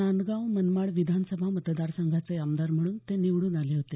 नांदगाव मनमाड विधानसभा मतदार संघाचे आमदार म्हणून ते निवडून आले होते